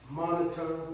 monitor